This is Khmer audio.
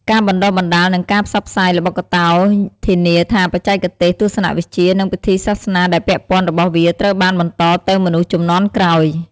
ការបណ្តុះបណ្តាល និងការផ្សព្វផ្សាយល្បុក្កតោធានាថាបច្ចេកទេស ទស្សនវិជ្ជា និងពិធីសាសនាដែលពាក់ព័ន្ធរបស់វាត្រូវបានបន្តទៅមនុស្សជំនាន់ក្រោយ។